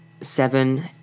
seven